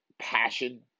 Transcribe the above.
passion